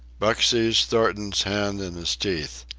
buck seized thornton's hand in his teeth.